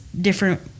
different